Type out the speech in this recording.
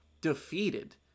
defeated